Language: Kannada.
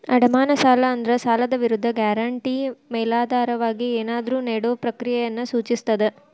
ಅಡಮಾನ ಸಾಲ ಅಂದ್ರ ಸಾಲದ್ ವಿರುದ್ಧ ಗ್ಯಾರಂಟಿ ಮೇಲಾಧಾರವಾಗಿ ಏನಾದ್ರೂ ನೇಡೊ ಪ್ರಕ್ರಿಯೆಯನ್ನ ಸೂಚಿಸ್ತದ